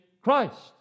Christ